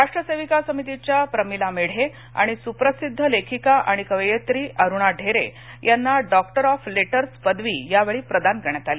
राष्ट्रसेविका समितीच्या प्रमिला मेढे आणि सुप्रसिद्ध लेखिका आणि कवयित्री अरुणा ढेरे यांना डॉक्टर ऑफ लेटर्स पदवी यावेळी प्रदान करण्यात आली